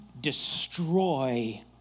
destroy